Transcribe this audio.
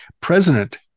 president